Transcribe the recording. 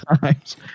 times